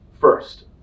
first